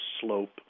slope